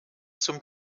zum